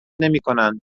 نمیکنند